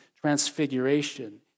transfiguration